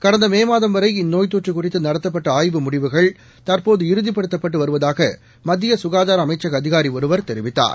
கடந்த மே மாதம்வரை இந்நோய்த் தொற்று குறித்து நடத்தப்பட்ட ஆய்வு முடிவுகள் தற்போது இறுதிப்படுத்தப்பட்டு வருவதாக மத்திய சுகாதார அமைச்சக அதிகாரி ஒருவர் தெரிவித்தார்